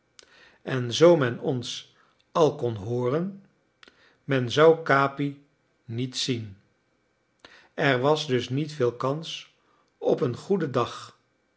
en zoo men ons al kon hooren men zou capi niet zien er was dus niet veel kans op een goeden dag